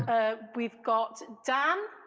ah we've got dan?